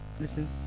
Listen